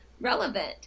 relevant